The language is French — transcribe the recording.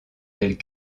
tels